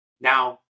Now